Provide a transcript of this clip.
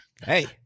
Hey